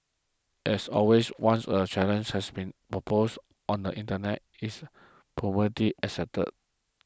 as always once a challenge has been proposed on the Internet it is promptly accepted